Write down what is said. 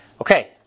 Okay